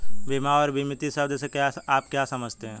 बीमा और बीमित शब्द से आप क्या समझते हैं?